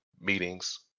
meetings